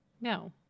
No